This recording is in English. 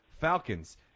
Falcons